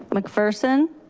mcpherson?